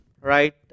right